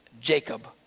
Jacob